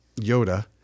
Yoda